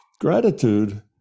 gratitude